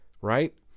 right